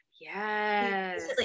Yes